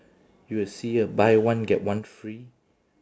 you will see a buy one get one free